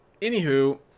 anywho